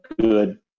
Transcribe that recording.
good